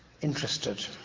interested